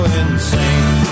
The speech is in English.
insane